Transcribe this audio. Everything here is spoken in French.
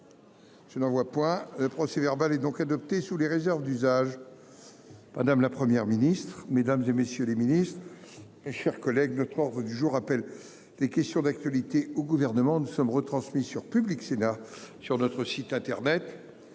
Je n'en vois point le procès verbal est donc adopté sous les réserves d'usage. Pendant la Première ministre, mesdames et messieurs les ministres. Mes chers collègues. Notre ordre du jour appelle les questions d'actualité au gouvernement. Nous sommes retransmis sur Public Sénat sur notre site internet.